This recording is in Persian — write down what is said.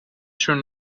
شون